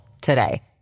today